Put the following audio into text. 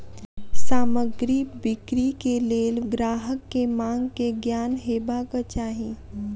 सामग्री बिक्री के लेल ग्राहक के मांग के ज्ञान हेबाक चाही